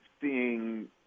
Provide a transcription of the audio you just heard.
seeing